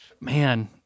man